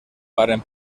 varen